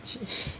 其实